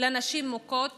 לנשים מוכות